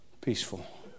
peaceful